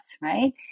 right